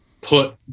put